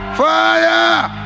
fire